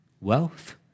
wealth